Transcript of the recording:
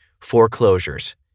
Foreclosures